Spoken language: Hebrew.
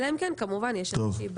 אלא אם כן כמובן יש איזו שהיא בעיה.